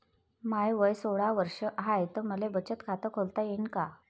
माय वय सोळा वर्ष हाय त मले बचत खात काढता येईन का?